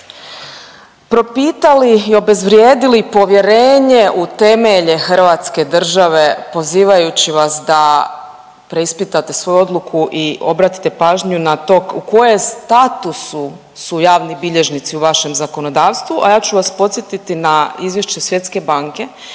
propitali i obezvrijedili povjerenje u temelje Hrvatske države pozivajući vas da preispitate svoju odluku i obratite pažnju na to u koje statusu su javni bilježnici u vašem zakonodavstvu. A ja ću vas podsjetiti na izvješće Svjetske banke